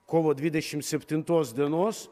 kovo dvidešim septintos dienos